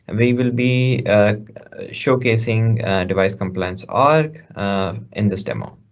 we will be showcasing devicecomplianceorg in this demo.